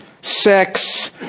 sex